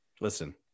Listen